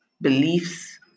beliefs